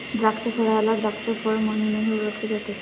द्राक्षफळाला द्राक्ष फळ म्हणूनही ओळखले जाते